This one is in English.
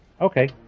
Okay